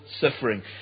suffering